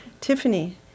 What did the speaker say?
Tiffany